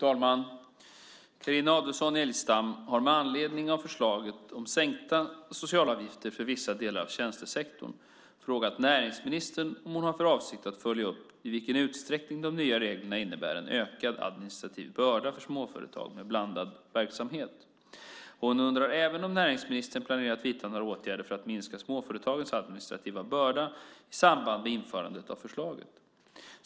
Fru talman! Carina Adolfsson Elgestam har med anledning av förslaget om sänkta socialavgifter för vissa delar av tjänstesektorn frågat näringsministern om hon har för avsikt att följa upp i vilken utsträckning de nya reglerna innebär en ökad administrativ börda för småföretag med blandad verksamhet. Hon undrar även om näringsministern planerar att vidta några åtgärder för att minska småföretagens administrativa börda i samband med införandet av förslaget.